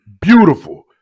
Beautiful